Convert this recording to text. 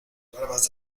barbas